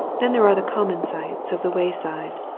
then there are the common sights of the way side.